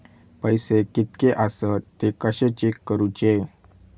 पैसे कीतके आसत ते कशे चेक करूचे?